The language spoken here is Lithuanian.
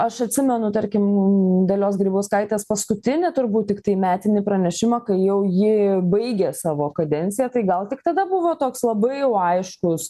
aš atsimenu tarkim dalios grybauskaitės paskutinį turbūt tiktai metinį pranešimą kai jau ji baigė savo kadenciją tai gal tik tada buvo toks labai jau aiškus